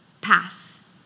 pass